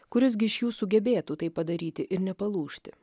kuris gi iš jų sugebėtų tai padaryti ir nepalūžti